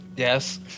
Yes